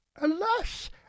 Alas